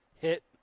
hit